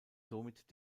somit